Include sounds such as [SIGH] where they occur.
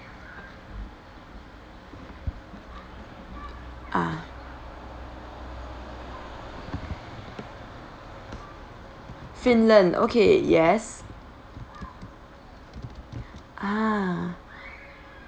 ah finland okay yes [BREATH] ah